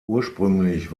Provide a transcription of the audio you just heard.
ursprünglich